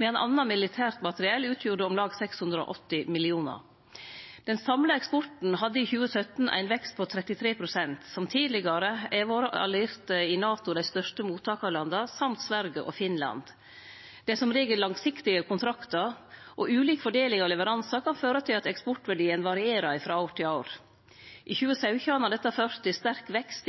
anna militært materiell utgjorde om lag 680 mill. kr. Den samla eksporten hadde i 2017 ein vekst på 33 pst. Som tidlegare er våre allierte i NATO dei største mottakarlanda, saman med Sverige og Finland. Det er som regel langsiktige kontraktar, og ulik fordeling av leveransar kan føre til at eksportverdien varierer frå år til år. I 2017 har dette ført til sterk vekst